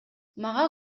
мага